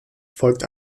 folgt